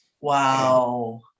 wow